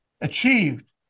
achieved